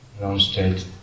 non-state